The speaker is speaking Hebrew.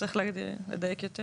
צריך לדייק יותר?